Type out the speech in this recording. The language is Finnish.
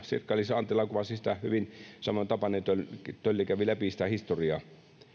sirkka liisa anttila kuvasi sitä hyvin ja samoin tapani tölli tölli kävi läpi sitä historiaa